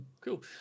cool